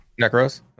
necros